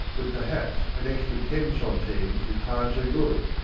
with perhaps an extra ten centimes if times are good.